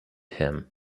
him